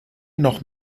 noch